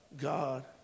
god